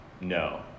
no